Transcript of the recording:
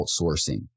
outsourcing